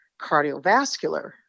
cardiovascular